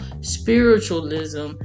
spiritualism